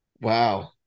Wow